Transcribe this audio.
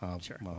sure